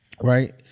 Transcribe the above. right